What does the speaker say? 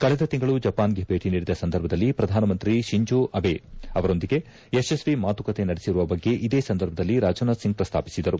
ಕಳೆದ ತಿಂಗಳು ಜಪಾನ್ಗೆ ಭೇಟಿ ನೀಡಿದ ಸಂದರ್ಭದಲ್ಲಿ ಪ್ರಧಾನಮಂತ್ರಿ ಶಿಂಚೋ ಅಬೆ ಅವರೊಂದಿಗೆ ಯಶಸ್ವಿ ಮಾತುಕತೆ ನಡೆಸಿರುವ ಬಗ್ಗೆ ಇದೇ ಸಂದರ್ಭದಲ್ಲಿ ರಾಜ್ನಾಥ್ ಸಿಂಗ್ ಪ್ರಸ್ತಾಪಿಸಿದರು